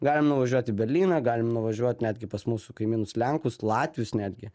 galim nuvažiuoti į berlyną galim nuvažiuot netgi pas mūsų kaimynus lenkus latvius netgi